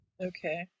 Okay